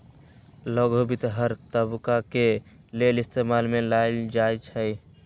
लघु वित्त हर तबका के लेल इस्तेमाल में लाएल जाई छई